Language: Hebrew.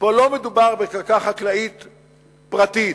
פה לא מדובר בקרקע חקלאית פרטית,